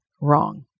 wrong